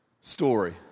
story